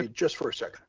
ah just for a second.